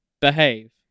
behave